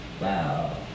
wow